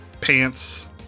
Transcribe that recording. pants